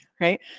right